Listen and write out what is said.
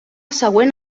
següent